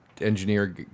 Engineer